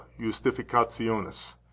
justificationis